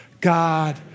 God